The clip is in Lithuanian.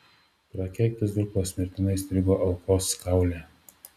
prakeiktas durklas mirtinai įstrigo aukos kaule